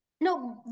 No